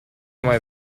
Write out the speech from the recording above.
mai